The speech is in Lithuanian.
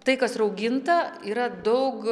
tai kas rauginta yra daug